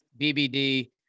BBD